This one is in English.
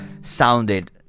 sounded